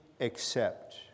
accept